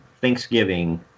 Thanksgiving